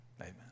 amen